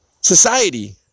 society